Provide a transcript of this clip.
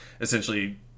Essentially